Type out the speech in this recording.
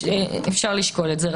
אפשר לשקול את זה.